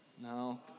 No